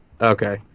okay